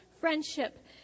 friendship